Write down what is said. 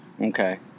Okay